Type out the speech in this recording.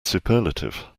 superlative